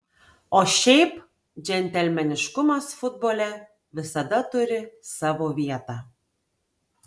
o šiaip džentelmeniškumas futbole visada turi savo vietą